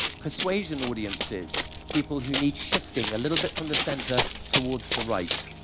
persuasion audiences people who need shifting a little bit from the centre towards the right.